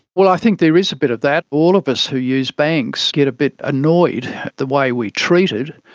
well, i think there is a bit of that. all of us who use banks get a bit annoyed at the way we are treated.